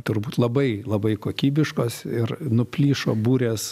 turbūt labai labai kokybiškos ir nuplyšo burės